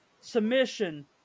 Submission